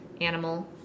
animal